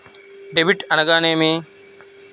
Debit అనగానేమి?